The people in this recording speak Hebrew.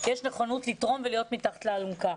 יש נכונות לתרום ולהיות מתחת לאלונקה.